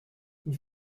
ils